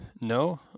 No